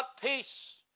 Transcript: peace